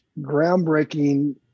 groundbreaking